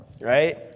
right